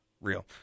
Real